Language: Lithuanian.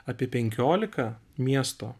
apie penkiolika miesto